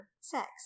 sex